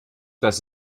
das